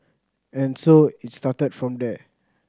and so it started from there